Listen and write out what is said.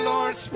Lord